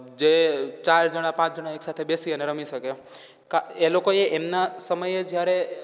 જે ચાર જાણા પાંચ જાણા એકસાથે બેસી અને રમી શકે ક્યાં એ લોકોએ એમના સમયે જ્યારે